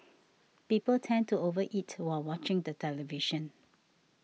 people tend to over eat while watching the television